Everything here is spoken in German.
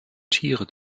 tiere